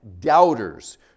doubters